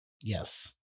Yes